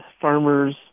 farmers